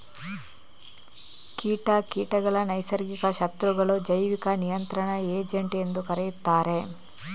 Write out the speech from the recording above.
ಕೀಟ ಕೀಟಗಳ ನೈಸರ್ಗಿಕ ಶತ್ರುಗಳು, ಜೈವಿಕ ನಿಯಂತ್ರಣ ಏಜೆಂಟ್ ಎಂದೂ ಕರೆಯುತ್ತಾರೆ